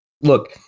look